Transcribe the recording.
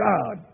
God